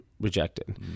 rejected